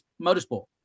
motorsport